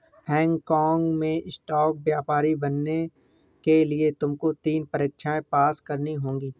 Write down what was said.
Hong काँग में stock व्यापारी बनने के लिए तुमको तीन परीक्षाएं पास करनी होंगी